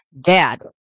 Dad